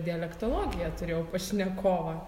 dialektologija turėjau pašnekovą